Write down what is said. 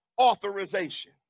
authorization